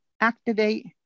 activate